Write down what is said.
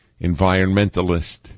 environmentalist